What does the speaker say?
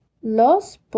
Los